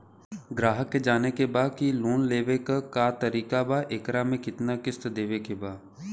ग्राहक के जाने के बा की की लोन लेवे क का तरीका बा एकरा में कितना किस्त देवे के बा?